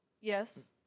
Yes